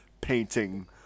painting